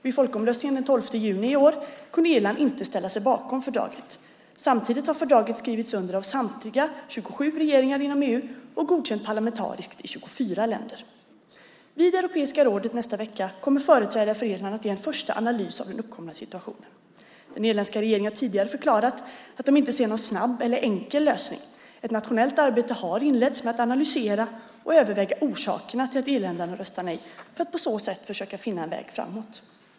Vid folkomröstningen den 12 juni i år kunde Irland inte ställa sig bakom fördraget. Samtidigt har fördraget skrivits under av samtliga 27 regeringar inom EU och godkänts parlamentariskt i 24 länder. Vid Europeiska rådet i nästa vecka kommer företrädare för Irland att ge en första analys av den uppkomna situationen. Den irländska regeringen har tidigare förklarat att den inte ser någon snabb eller enkel lösning. Ett nationellt arbete har inletts med att analysera och överväga orsakerna till att irländarna röstade nej för att på så sätt söka finna en väg framåt.